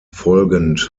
folgend